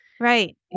Right